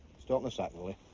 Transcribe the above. start my sack, will